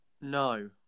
no